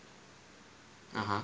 (uh huh)